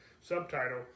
subtitle